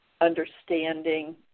understanding